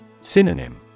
Synonym